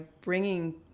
bringing